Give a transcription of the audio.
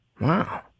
Wow